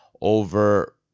over